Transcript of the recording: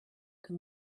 can